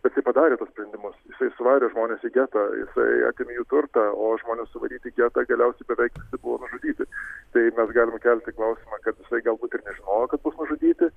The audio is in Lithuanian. jisai padarė tuos sprendimus jisai suvarė žmones į getą jisai atėmė jų turtą o žmonės suvaryti į getą galiausiai beveik buvo nužudyti tai mes galim kelti klausimą kad jisai galbūt ir nežinojo kad bus nužudyti